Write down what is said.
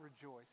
rejoice